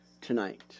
tonight